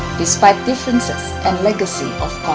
despite differences and legacy of